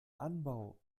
anbau